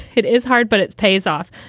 it is hard, but it pays off.